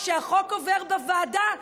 כשהחוק עובר בוועדה,